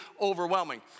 overwhelming